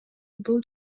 бул